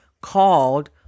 called